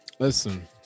listen